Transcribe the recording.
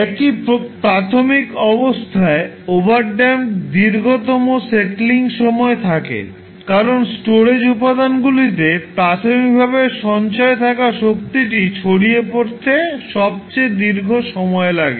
একই প্রাথমিক অবস্থায় ওভারড্যাম্পড হলে এর দীর্ঘতম সেটলিং সময় থাকবে কারণ স্টোরেজ উপাদানগুলিতে প্রাথমিকভাবে সঞ্চয় থাকা শক্তিটি ছড়িয়ে পড়তে দীর্ঘ সময় লাগে